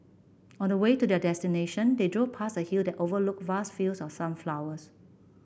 on the way to their destination they drove past a hill that overlooked vast fields of sunflowers